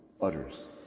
utters